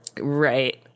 Right